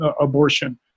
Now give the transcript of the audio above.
abortion